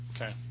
Okay